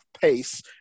pace